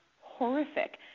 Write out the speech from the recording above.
horrific